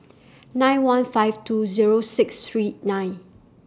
eight one five two Zero six three nine